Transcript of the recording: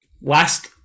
last